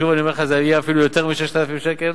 שוב אני אומר לך: זה יהיה אפילו יותר מ-6,000 שקל,